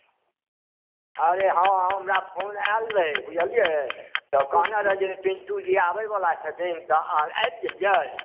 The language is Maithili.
अरे हँ हमरा फोन आएल रहै बुझलियै तऽ कहने रहै पिन्टुजी आबैवला छथिन तऽ अहाँ आबि गेलियै